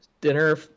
Dinner